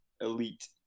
elite